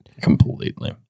Completely